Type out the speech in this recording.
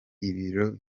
ibiro